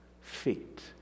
feet